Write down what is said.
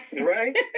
right